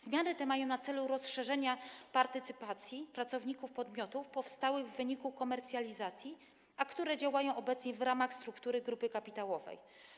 Zmiany te mają na celu rozszerzenia partycypacji pracowników podmiotów powstałych w wyniku komercjalizacji, które działają obecnie w ramach struktury grupy kapitałowej.